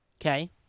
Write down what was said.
Okay